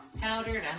powdered